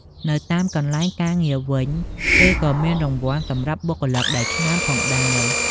នៅតាមកន្លែងការងារវិញ គេក៏មានរង្វាន់សម្រាប់បុគ្គលិកដែលឆ្នើមផងដែរ។